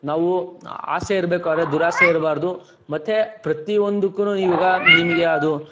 ನಾವು ಆಸೆ ಇರಬೇಕು ಆದರೆ ದುರಾಸೆ ಇರಬಾರ್ದು ಮತ್ತು ಪ್ರತಿ ಒಂದಕ್ಕುನು ಇವಾಗ ನಿಮಗೆ ಅದು